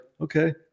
okay